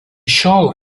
šiol